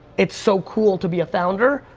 it's so cool to be a founder,